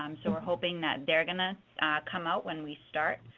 um so we're hoping that they're going to come out when we start.